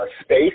space